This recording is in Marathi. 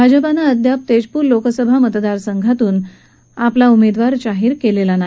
भाजपाने अद्याप तेजपूर लोकसभा मतदारसंघातून पक्षाचा उमेदवार जाहीर केलेला नाही